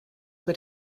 were